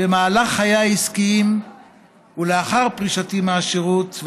במהלך חיי העסקיים ולאחר פרישתי מהשירות,